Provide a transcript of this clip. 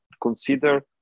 consider